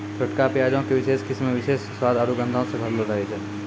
छोटका प्याजो के विशेष किस्म विशेष स्वाद आरु गंधो से भरलो रहै छै